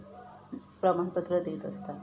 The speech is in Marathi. प्रमाणपत्र देत असतात